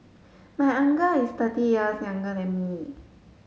my uncle is thirty years younger than me